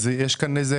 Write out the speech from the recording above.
יש כאן איזו